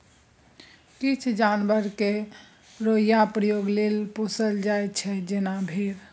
किछ जानबर केँ रोइयाँ प्रयोग लेल पोसल जाइ छै जेना भेड़